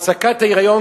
הפסקת ההיריון,